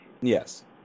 yes